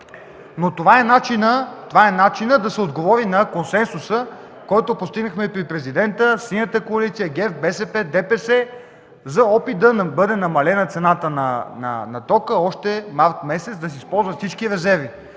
Това е начинът да се отговори на консенсуса, който постигнахме при Президента – Синята коалиция, ГЕРБ, БСП, ДПС, в опита да бъде намалена цената на тока още през месец март и да се използват всички резерви.